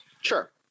Sure